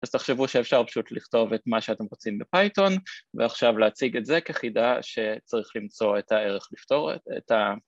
אז תחשבו שאפשר פשוט לכתוב את מה שאתם רוצים בפייטון ועכשיו להציג את זה כחידה שצריך למצוא את הערך לפתור א...את ה...